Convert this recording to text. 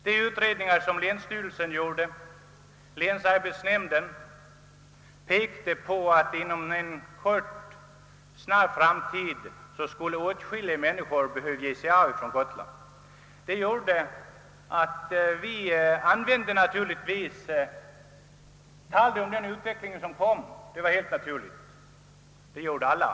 De utredningar som länsstyrelsen och länsarbetsnämnden gjort pekade på att åtskilliga människor inom en snar framtid skulle behöva ge sig i väg från Gotland. Detta gjorde att vi naturligtvis begagnade den förestående utvecklingen i propagandan — det gjorde alla.